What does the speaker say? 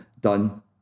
done